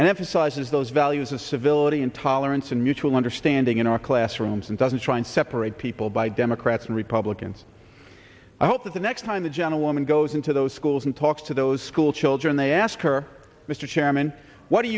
in sizes those values of civility and tolerance and mutual understanding in our classrooms and doesn't try and separate people by democrats and republicans i hope that the next time a gentle woman goes into those schools and talks to those school children they ask her mr chairman what are